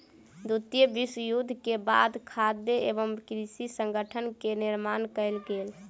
द्वितीय विश्व युद्ध के बाद खाद्य एवं कृषि संगठन के निर्माण कयल गेल